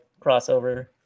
crossover